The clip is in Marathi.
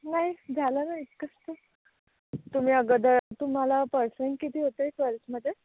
नाही झालं ना इतकंच तर तुम्ही अगोदर तुम्हाला परसेन्ट किती होते ट्वेल्थमध्ये